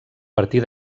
partir